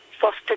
foster